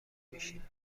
نمیشیم